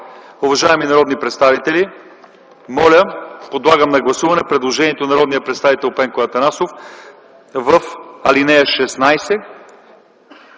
Уважаеми народни представители, подлагам на гласуване предложението на народния представител Пенко Атанасов: в ал. 16